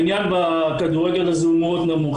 העניין בכדורגל הוא מאוד נמוך.